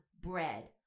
bread